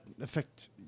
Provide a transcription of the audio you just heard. affect